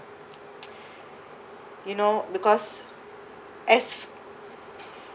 you know because as